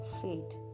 fate